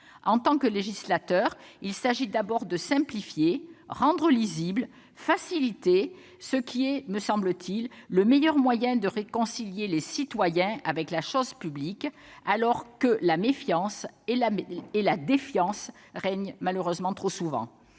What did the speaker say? En tant que législateur, notre rôle est d'abord de simplifier, de rendre lisible, de faciliter, ce qui, me semble-t-il, est le meilleur moyen de réconcilier les citoyens avec la chose publique, alors que la méfiance et la défiance règnent malheureusement trop souvent.